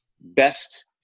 best